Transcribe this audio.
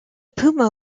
puma